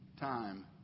time